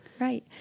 Right